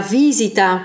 visita